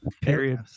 Period